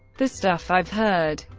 the stuff i've heard.